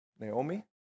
Naomi